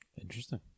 Interesting